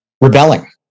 rebelling